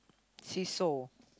seesaw